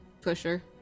pusher